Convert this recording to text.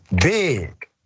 big